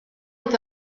est